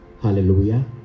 Hallelujah